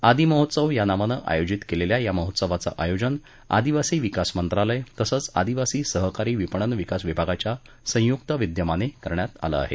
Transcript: आदी महोत्सव या नावानं आयोजित केलेल्या या महोत्सवाचं आयोजन आदीवासी विकास मंत्रालय तसंच आदिवासी सहकारी विपणन विकास विभागाच्या संयुक्त विद्यामाने करण्यात आलं आहे